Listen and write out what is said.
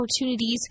opportunities